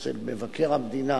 של מבקר המדינה